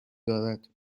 دارد